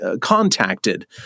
contacted